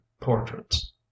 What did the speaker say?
portraits